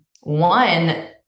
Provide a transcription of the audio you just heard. One